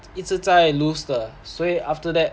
一直在 lose 的所以 after that